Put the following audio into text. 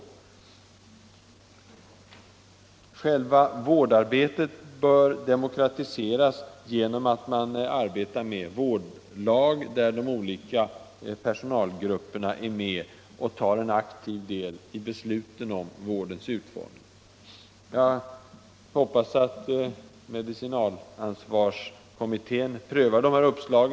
Torsdagen den Vårdarbetet bör demokratiseras genom att man arbetar med vårdlag, 15 maj 1975 där de olika personalgrupperna är med och tar aktiv del i besluten om vårdens utformning. Insyn, integritet, Jag hoppas att medicinalansvarskommittén prövar dessa uppslag.